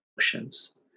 emotions